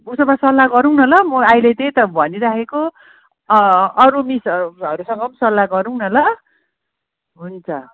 उसो भए सल्लाह गरौँ ल म अहिले त्यही त भनि राखेको अरू मिसहरूसँग पनि सल्लाह गरौँ न ल हुन्छ